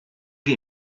wir